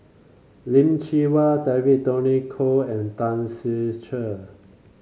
Lim Chee Wai David Tony Khoo and Tan Ser Cher